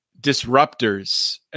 disruptors